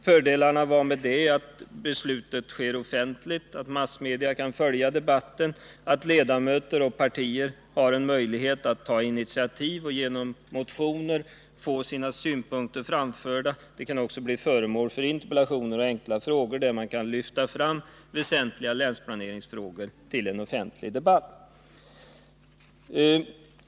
Fördelarna med detta är att beslutet sker offentligt, att massmedia kan följa debatten och att ledamöter och partier har en möjlighet att ta initiativ och genom motioner, interpellationer och enkla frågor få sina synpunkter framförda, varvid man kan lyfta fram väsentliga länsplaneringsfrågor till en offentlig debatt.